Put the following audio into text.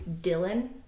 Dylan